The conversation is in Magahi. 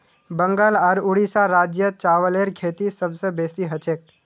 बंगाल आर उड़ीसा राज्यत चावलेर खेती सबस बेसी हछेक